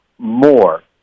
more